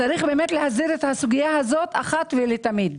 צריך להסדיר את הסוגיה הזאת אחת ולתמיד.